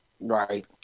Right